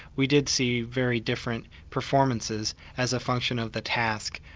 we did see very different performances as a function of the task.